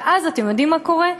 ואז אתם יודעים מה קורה?